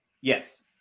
Yes